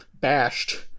bashed